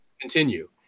continue